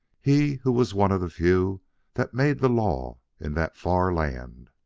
he, who was one of the few that made the law in that far land,